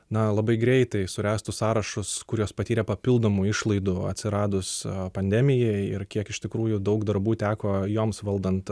na labai greitai suręstų sąrašus kur jos patyrė papildomų išlaidų atsiradus pandemijai ir kiek iš tikrųjų daug darbų teko joms valdant